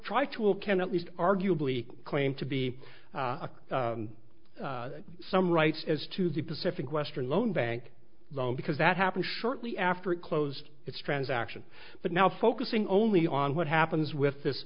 try to will can at least arguably claim to be some rights as to the pacific western loan bank loan because that happened shortly after it closed its transaction but now focusing only on what happens with this